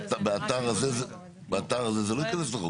באתר הזה זה לא ייכנס לחוק?